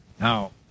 Now